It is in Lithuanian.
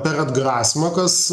per atgrasymą kas